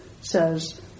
says